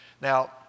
Now